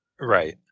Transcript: Right